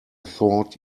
thought